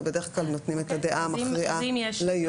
ובדרך כלל נותנים את הדעה המכריעה ליו"ר.